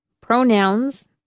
pronouns